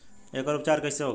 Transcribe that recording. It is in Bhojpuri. एकर उपचार कईसे होखे?